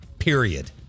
Period